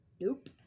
Nope